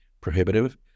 prohibitive